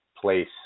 place